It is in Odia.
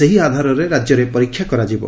ସେହି ଆଧାରରେ ରାଜ୍ୟରେ ପରୀକ୍ଷା କରାଯିବ